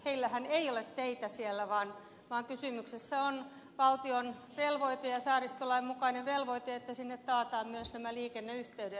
heillähän ei ole teitä siellä vaan kysymyksessä on valtion velvoite ja saaristolain mukainen velvoite että sinne taataan myös nämä liikenneyhteydet